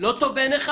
לא טוב בעיניך?